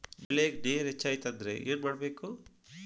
ಬೆಳೇಗ್ ನೇರ ಹೆಚ್ಚಾಯ್ತು ಅಂದ್ರೆ ಏನು ಮಾಡಬೇಕು?